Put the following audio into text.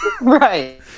Right